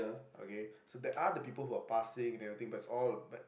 okay so there are the people who are passing and everything but it's all but